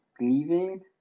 leaving